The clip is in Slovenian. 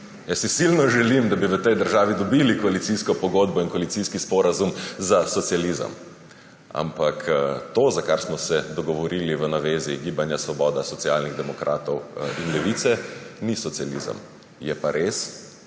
Jaz si silno želim, da bi v tej državi dobili koalicijsko pogodbo in koalicijski sporazum za socializem. Ampak to, za kar smo se dogovorili v navezi Gibanje Svoboda, Socialni demokrati in Levica, ni socializem. Je pa res,